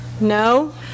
No